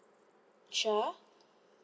sure